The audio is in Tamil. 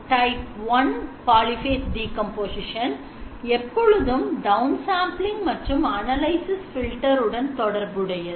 Type 1 polyphase decomposition எப்பொழுதும் downsampling மற்றும் analysis filter உடன் தொடர்புடையது